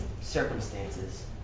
circumstances